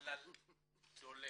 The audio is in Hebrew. טלל דולב,